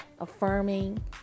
affirming